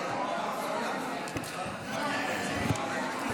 אושרה בקריאה הראשונה,